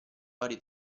vari